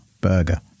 burger